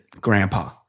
grandpa